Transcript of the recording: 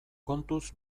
kontuz